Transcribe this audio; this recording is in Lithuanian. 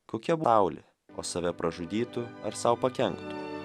kokia apgaulė o save pražudytų ar sau pakenktų